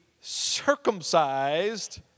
circumcised